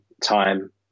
time